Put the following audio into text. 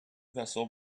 vessel